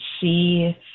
see